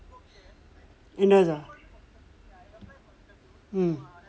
Andes ah mm